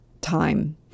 time